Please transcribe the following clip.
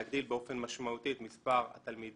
להגדיל באופן משמעותי את מספר התלמידים